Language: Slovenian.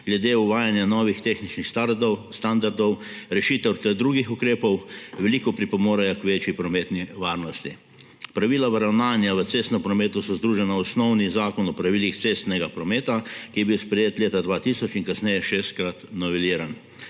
glede uvajanja novih tehničnih standardov, rešitev ter drugih ukrepov veliko pripomore k večji prometni varnosti. Pravila v ravnanju v cestnem prometu so združena v osnovni Zakon o pravilih cestnega prometa, ki je bil sprejet leta 2000 in kasneje šestkrat noveliran.